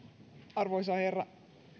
arvoisa herra